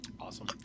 Awesome